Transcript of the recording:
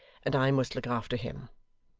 and i must look after him